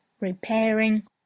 repairing